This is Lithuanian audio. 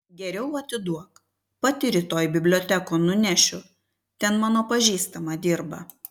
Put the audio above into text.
geriau atiduok pati rytoj bibliotekon nunešiu ten mano pažįstama dirba